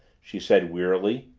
she said wearily.